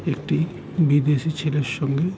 একটি বিদেশি ছেলের সঙ্গে